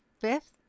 fifth